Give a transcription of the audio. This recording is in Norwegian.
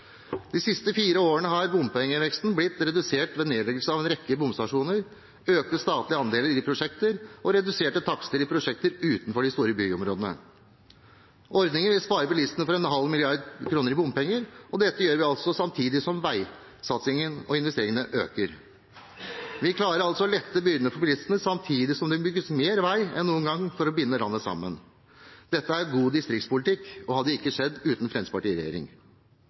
De siste fire årene har bompengeveksten blitt redusert ved nedleggelse av en rekke bomstasjoner, økte statlige andeler i prosjekter og reduserte takster i prosjekter utenfor de store byområdene. Ordningen vil spare bilistene for 0,5 mrd. kr i bompenger, og dette gjør vi altså samtidig som veisatsingen og investeringene øker. Vi klarer altså å lette byrdene for bilistene, samtidig som det bygges mer vei enn noen gang for å binde landet sammen. Dette er god distriktspolitikk og hadde ikke skjedd uten Fremskrittspartiet i regjering.